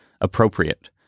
appropriate